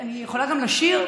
אני יכולה גם לשיר?